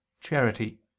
charity